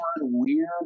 weird